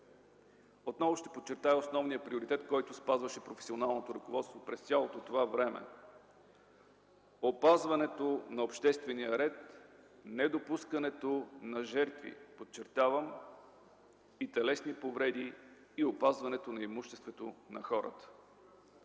Отново ще подчертая основния приоритет, който спазваше професионалното ръководство през цялото това време – опазването на обществения ред, недопускането на жертви, подчертавам, телесни повреди и опазване имуществото на хората.